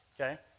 okay